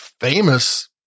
famous